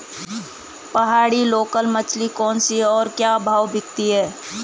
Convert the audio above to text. पहाड़ी लोकल मछली कौन सी है और क्या भाव बिकती है?